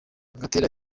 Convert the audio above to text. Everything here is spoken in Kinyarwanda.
gatera